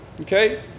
okay